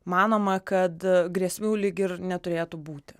manoma kad grėsmių lyg ir neturėtų būti